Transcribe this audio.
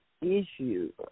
issue